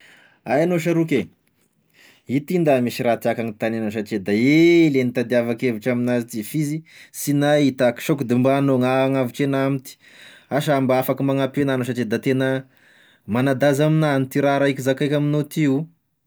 Aia anao sha roky? Ity nda misy raha tiàko hagnontaniana satria da ela e nitadiavako hevitra amin'azy, f'izy sy nahita ah k'sao k'de mba anao gn'hagnavotry agnahy amty, asa mba afaky manampy agnah anao satria da tena manandanza aminah any ity raha raiky zakaiko aminao ty.